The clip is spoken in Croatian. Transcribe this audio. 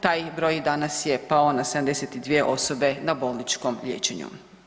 Taj broj danas je pao na 72 osobe na bolničkom liječenju.